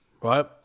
right